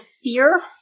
fear